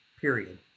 period